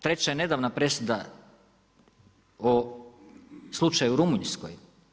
Treća je nedavna presuda o slučaju u Rumunjskoj.